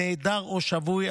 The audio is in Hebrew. נעדר או שבוי),